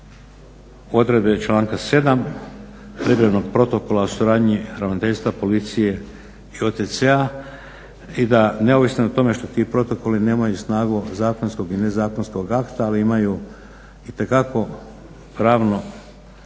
odredbe članka 7. Privremenog protokola o suradnji Ravnateljstva Policije i OTC-a i da neovisno o tome što ti protokoli nemaju snagu zakonskog i nezakonskog akta ali imaju itekako pravno